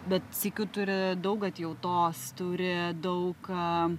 bet sykiu turi daug atjautos turi daug